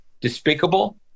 despicable